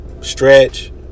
Stretch